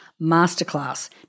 masterclass